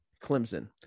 Clemson